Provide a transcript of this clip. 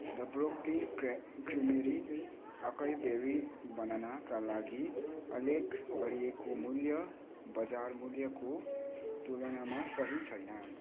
the Brooklyn creamery acai berry बनानाका लागि उल्लेख गरिएको मूल्य बजार मूल्यको तुलनामा सही छैन